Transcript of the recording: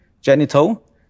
genital